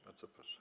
Bardzo proszę.